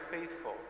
faithful